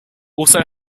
also